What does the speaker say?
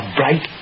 bright